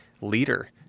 leader